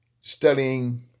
studying